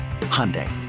Hyundai